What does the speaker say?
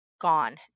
gone